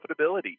profitability